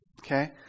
Okay